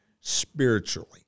spiritually